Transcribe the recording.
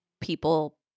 people